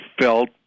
felt